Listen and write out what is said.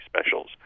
specials